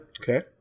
Okay